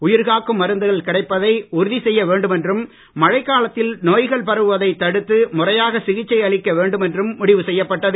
உயிர் காக்கும் மருந்துகள் கிடைப்பதை உறுதி செய்ய வேண்டும் என்றும் மழைக் காலத்தில் நோய்கள் பரவுவதை தடுத்து முறையாக சிகிச்சை அளிக்க வேண்டும் என்றும் முடிவு செய்யப்பட்டது